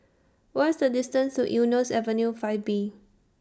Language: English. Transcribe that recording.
What IS The distance to Eunos Avenue five B